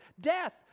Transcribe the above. death